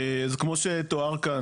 אז כמו שתואר כאן,